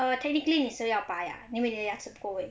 err technically 你是要拔牙因为你牙齿剖为